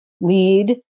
lead